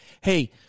Hey